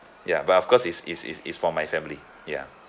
ya but of course it's it's it's for my family ya